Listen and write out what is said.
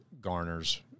garners